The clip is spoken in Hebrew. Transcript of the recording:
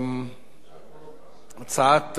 הצעת חוק בקריאה שנייה ושלישית,